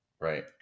Right